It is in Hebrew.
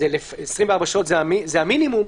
24 שעות זה המינימום.